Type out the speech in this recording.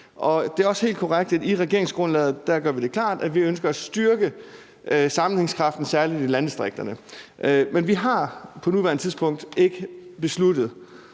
Det er også helt korrekt, at vi i regeringsgrundlaget gør det klart, at vi ønsker at styrke sammenhængskraften, særlig i landdistrikterne, men vi har på nuværende tidspunkt ikke besluttet,